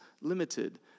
limited